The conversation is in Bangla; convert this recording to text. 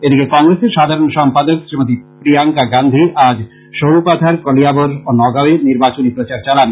এদিকে কংগ্রেসের সাধারণ সম্পাদক শ্রীমতী প্রিয়াংকা গান্ধী আজ সরুপথার কলিয়াবর ও নগাও এ নির্বাচনী প্রচার চালান